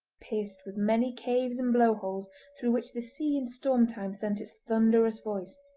pierced with many caves and blow-holes through which the sea in storm time sent its thunderous voice,